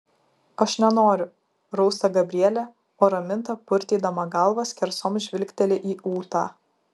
aš nenoriu rausta gabrielė o raminta purtydama galvą skersom žvilgteli į ūtą